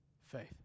Faith